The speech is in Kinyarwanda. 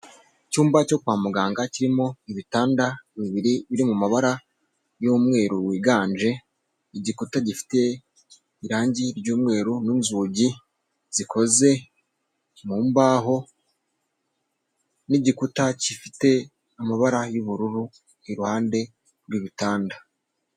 Icyumba cyo kwa muganga kirimo ibitanda bibiri biri mu mabara y'umweru wiganje, igikuta gifite irangi ry'umweru n'inzugi zikoze mu mbaho n'igikuta gifite amabara y'ubururu iruhande rw'ibitanda.